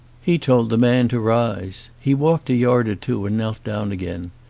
he told the man to rise. he walked a yard or two and knelt down again.